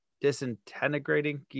disintegrating